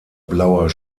blauer